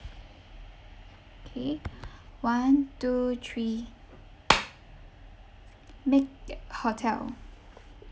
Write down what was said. K one two three make uh hotel